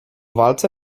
walce